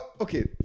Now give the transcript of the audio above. okay